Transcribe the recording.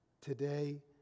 today